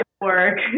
work